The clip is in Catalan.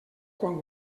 quan